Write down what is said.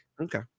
Okay